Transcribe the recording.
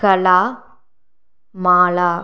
Kala Mala